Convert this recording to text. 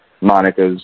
Monica's